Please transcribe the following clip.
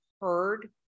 heard